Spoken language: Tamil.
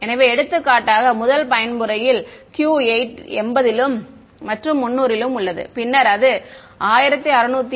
எனவே எடுத்துக்காட்டாக முதல் பயன்முறையில் Q 80 லும் மற்றும் 300 லும் உள்ளது பின்னர் அது 1677